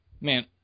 Man